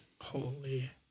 Holy